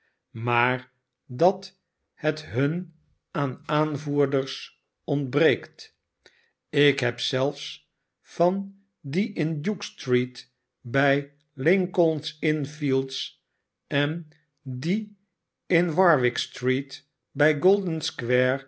maar dat het hun aan aanvoerders ontbreekt ik heb zelfs van die in duke street bij lincoln's inn fields en van die in warwick street bij